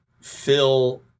fill